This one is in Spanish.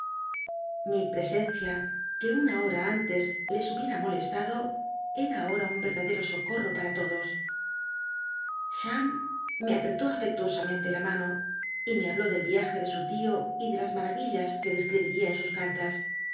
lfi presencia que una hora antes les hubiera molestado era ahora un verdadero socorr'o para todos cham me apretó afectuosamente la mano y me habló del viaje de su tio y de las maravillas que dcscribíría en sus carlas